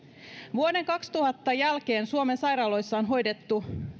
vuoden kaksituhatta jälkeen suomen sairaaloissa on hoidettu